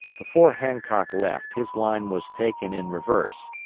before hancock left, his line was taken in reverse,